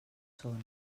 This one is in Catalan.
són